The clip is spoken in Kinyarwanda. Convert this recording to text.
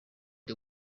the